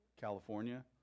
California